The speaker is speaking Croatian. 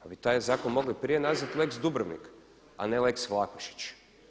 Ali taj zakon bi mogli prije nazvati lex Dubrovnik, a ne lex Vlahušić.